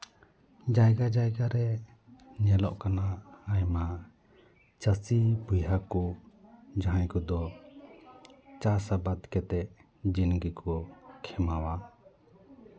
ᱡᱟᱭᱜᱟ ᱡᱟᱭᱜᱟ ᱨᱮ ᱧᱮᱞᱚᱜ ᱠᱟᱱᱟ ᱟᱭᱢᱟ ᱪᱟᱹᱥᱤ ᱵᱚᱭᱦᱟ ᱠᱚ ᱡᱟᱦᱟᱸᱭ ᱠᱚᱫᱚ ᱪᱟᱥ ᱟᱵᱟᱫ ᱠᱟᱛᱮᱫ ᱫᱤᱱ ᱜᱮᱠᱚ ᱠᱷᱮᱢᱟᱣᱟ